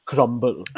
Crumble